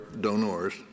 donors